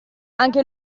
anche